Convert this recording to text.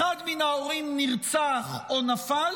ואחד מן ההורים נרצח או נפל